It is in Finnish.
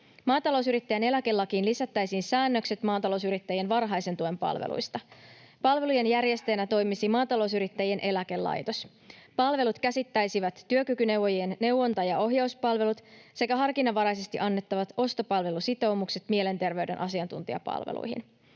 Maatalousyrittäjän eläkelakiin lisättäisiin säännökset maatalousyrittäjien varhaisen tuen palveluista. Palvelujen järjestäjänä toimisi Maatalousyrittäjien eläkelaitos. Palvelut käsittäisivät työkykyneuvojien neuvonta‑ ja ohjauspalvelut sekä harkinnanvaraisesti annettavat ostopalvelusitoumukset mielenterveyden asiantuntijapalveluihin.